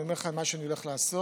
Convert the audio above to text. אני אומר לכם מה אני הולך לעשות